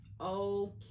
Okay